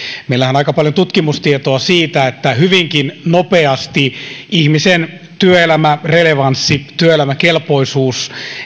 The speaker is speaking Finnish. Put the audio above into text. on aika paljon tutkimustietoa siitä että hyvinkin nopeasti ihmisen työelämärelevanssi työelämäkelpoisuus